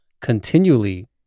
continually